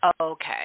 Okay